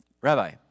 Rabbi